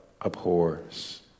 abhors